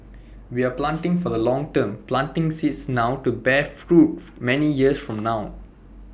we are planting for the long term planting seeds now to bear fruit many years from now